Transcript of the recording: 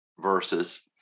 verses